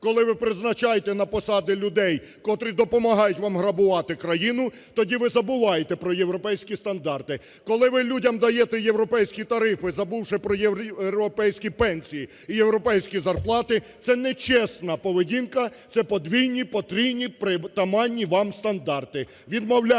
коли ви призначаєте на посади людей, котрі допомагають вам грабувати країну, тоді ви забуваєте про європейські стандарти! Коли ви людям даєте європейські тарифи, забувши про європейські пенсії і європейські зарплати, це нечесна поведінка, це подвійні, потрійні, притаманні вам стандарти.